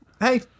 hey